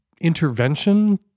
intervention